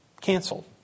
canceled